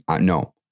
No